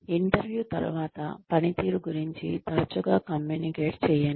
interview తరువాత పనితీరు గురించి తరచుగా కమ్యూనికేట్ చేయండి